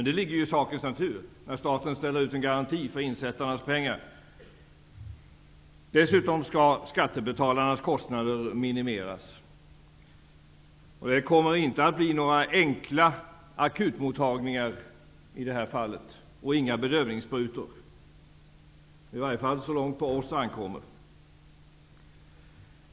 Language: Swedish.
Det ligger i sakens natur när staten ställer ute en garanti för insättarnas pengar. Dessutom skall skattebetalarnas kostnader minimeras. Det kommer i det här fallet inte att bli några enkla akutmottagningar och inte några bedövningssprutor, i varje fall inte såvitt det ankommer på oss.